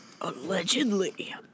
Allegedly